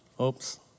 Oops